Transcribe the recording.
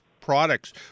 products